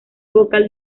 vocal